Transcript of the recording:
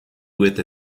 with